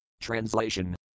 Translation